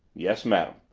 yes, madam.